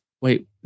wait